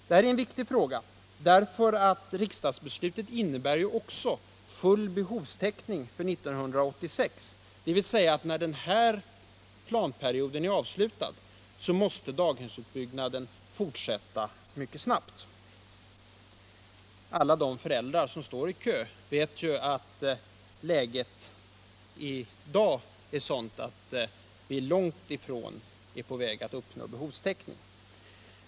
Detta är en viktig fråga, därför att riksdagsbeslutet innebär ju också full behovstäckning 1986, dvs. att när den här planperioden är avslutad måste daghemsutbyggnaden fortsätta mycket snabbt. Alla de föräldrar som står i kö vet ju att vi i dag långt ifrån är på väg att nå behovstäckning.